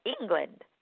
England